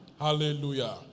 Hallelujah